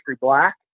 black